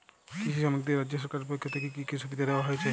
কৃষি শ্রমিকদের রাজ্য সরকারের পক্ষ থেকে কি কি সুবিধা দেওয়া হয়েছে?